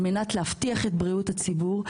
על מנת להבטיח את בריאות הציבור,